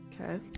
Okay